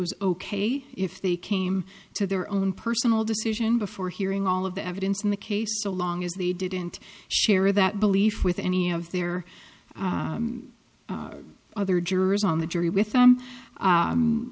was ok if they came to their own personal decision before hearing all of the evidence in the case so long as they didn't share that belief with any of their other jurors on the jury with them